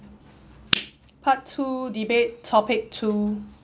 part two debate topic two